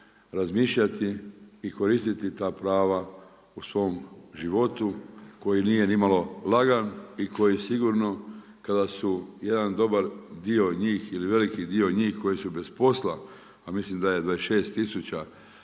razmišljati i koristiti ta prava u svom životu koji nije ni malo lagan i koji sigurno kada su jedan dobar dio njih ili veliki dio njih koji su bez posla, a mislim da je 26000